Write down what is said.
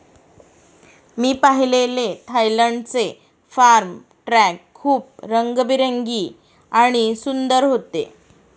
मी पाहिलेले थायलंडचे farm truck खूप रंगीबेरंगी आणि सुंदर होते